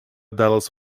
dallas